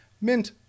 Mint